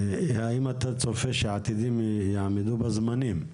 האם אתה צופה שעתידים יעמדו בזמנים?